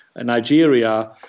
Nigeria